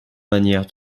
manières